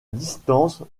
distance